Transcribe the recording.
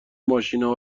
ماشینا